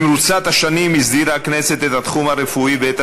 במרוצת השנים הסדירה הכנסת את התחום הרפואי ואת